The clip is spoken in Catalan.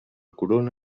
corona